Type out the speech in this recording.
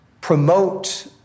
promote